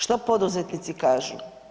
Što poduzetnici kažu?